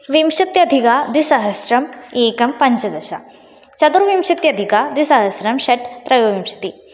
विंशत्यधिकद्विसहस्रम् एकं पञ्चदश चतुर्विंशत्यधिक द्विसहस्रं षट् त्रयोविंशतिः